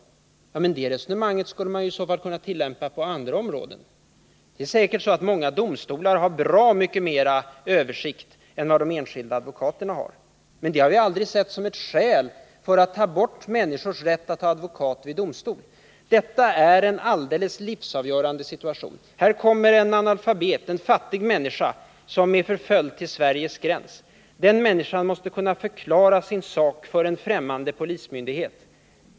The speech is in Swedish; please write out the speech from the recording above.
Men det resonemanget skulle man ju i så fall kunna tillämpa också på andra områden. Det är säkert så att många domstolar har bra mycket bättre översikt än vad de enskilda advokaterna har, men det har vi aldrig sett som något skäl för att ta bort människors rätt att ha advokat till sin hjälp vid domstol. Vi talar om en alldeles livsavgörande situation. Här kommer en analfabet, en fattig människa, som är förföljd, till Sveriges gräns. Den människan måste kunna förklara sin sak för en främmande polismyndighet.